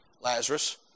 Lazarus